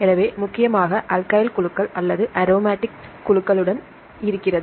எனவே முக்கியமாக அல்கைல் குழுக்கள் அல்லது அரோமாட்டிக் குழுக்களுடன் இருக்கிறது